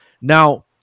Now